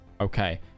okay